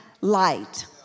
light